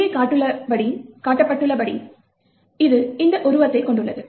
இங்கே காட்டப்பட்டுள்ளபடி இது இந்த உருவத்தைக் கொண்டுள்ளது